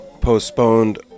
postponed